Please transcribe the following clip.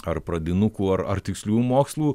ar pradinukų ar ar tiksliųjų mokslų